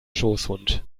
schoßhund